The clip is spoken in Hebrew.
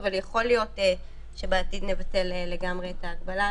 אבל יכול להיות שבעתיד נבטל לגמרי את ההגבלה.